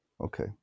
Okay